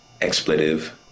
expletive